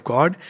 God